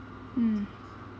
mm